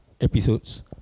episodes